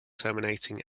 terminating